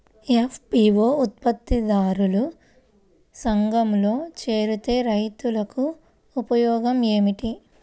FPO ఉత్పత్తి దారుల సంఘములో చేరితే రైతులకు ఉపయోగము ఏమిటి?